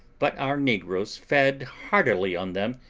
but our negroes fed heartily on them,